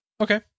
Okay